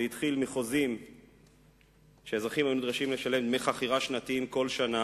זה התחיל מחוזים שבהם אזרחים היו נדרשים לשלם דמי חכירה שנתיים כל שנה